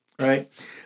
right